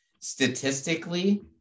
statistically